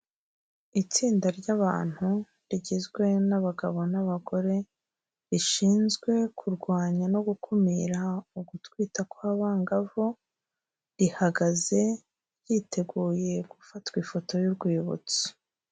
Itsinda ry'abantu rigizwe n'abagabo n'abagore, rishinzwe kurwanya no gukumira ugutwita kw'abangavu, rihagaze ryiteguye gufatwa ifoto y'urwibutso.